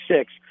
six